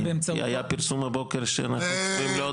כי היה פרסום הבוקר שאנחנו צפויים לעוד דרישות.